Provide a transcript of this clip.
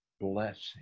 blessing